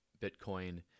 Bitcoin